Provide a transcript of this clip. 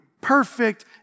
perfect